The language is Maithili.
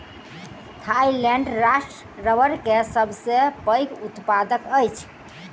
थाईलैंड राष्ट्र रबड़ के सबसे पैघ उत्पादक अछि